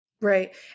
Right